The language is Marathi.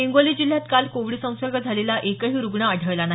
हिंगोली जिल्ह्यात काल कोविड संसर्ग झालेला एकही रुग्ण आढळून आला नाही